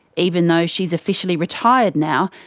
even though she's officially retired now,